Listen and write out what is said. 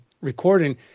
recording